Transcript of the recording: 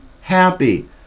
happy